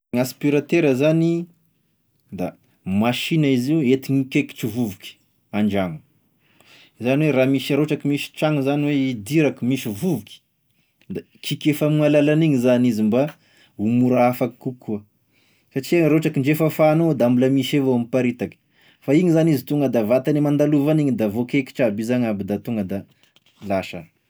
Gn'aspiratera zany da masinina izy io, enty mikaikitry vovoky andragno, zany hoe raha misy r'ohatra ka misy tragno zany hoe hidirako misy vovoky, da kikefa amign'alalan'igny zany izy mba ho mora afaky kokoa, satria raha ohatra ka ndre fafanao da mbola misy avao miparitaky fa iny zany izy tonga da vatagny mandalovagny igny da voakekitry aby izy agn'aby da tonga da lasa.